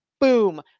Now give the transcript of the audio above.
boom